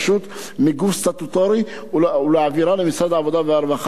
מהיותה גוף סטטוטורי ולהעבירה למשרד העבודה והרווחה.